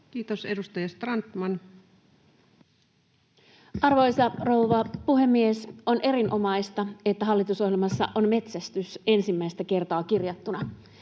Time: 17:48 Content: Arvoisa rouva puhemies! On erinomaista, että hallitusohjelmassa on metsästys ensimmäistä kertaa kirjattuna.